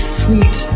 sweet